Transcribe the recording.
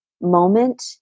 moment